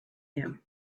him